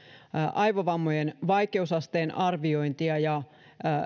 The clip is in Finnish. aivovammojen vaikeusasteen arviointia ja